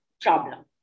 problem